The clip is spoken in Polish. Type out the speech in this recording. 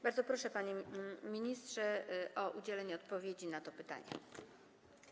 Bardzo proszę, panie ministrze, o udzielenie odpowiedzi na to pytanie.